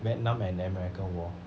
vietnam and america war